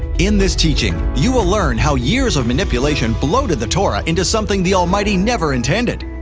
in this teaching, you will learn how years of manipulation bloated the torah into something the almighty never intended.